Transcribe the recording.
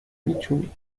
میتونی